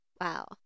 wow